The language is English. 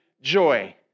joy